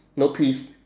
no peas